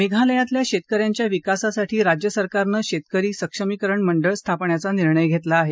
मेघालयातल्या शेतक यांच्या विकासासाठी राज्य सरकारनं शेतकरी सक्षमीकरण मंडळ स्थापण्याचा निर्णय घेतला आहे